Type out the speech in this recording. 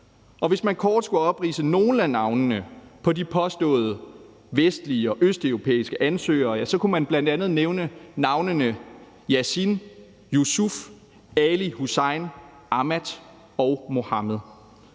Hvis man kort skulle opridse nogle af navne på de påstået vestlige og østeuropæiskeansøgere, kunne man bl.a. nævne navnene Yasin, Yusuf, Ali Hussein, Ahmed og Muhammad.